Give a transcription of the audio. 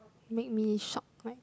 make me shocked right